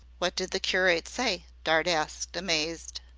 what did the curate say? dart asked, amazed.